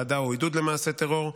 אהדה או עידוד למעשי טרור,